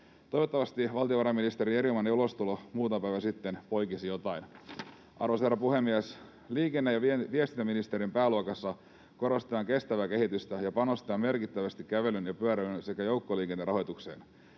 Toivottavasti valtiovarainministerin erinomainen ulostulo muutama päivä sitten poikisi jotain. Arvoisa herra puhemies! Liikenne- ja viestintäministeriön pääluokassa korostetaan kestävää kehitystä ja panostetaan merkittävästi kävelyn ja pyöräilyn sekä joukkoliikenteen rahoitukseen.